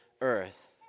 earth